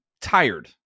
tired